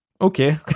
okay